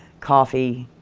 coffee,